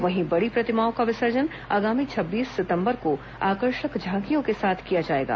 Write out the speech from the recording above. वहीं बड़ी प्रतिमाओं का विसर्जन आगामी छब्बीस सितंबर को आकर्षक झांकियों के साथ किया जाएगा